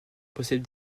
possède